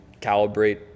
calibrate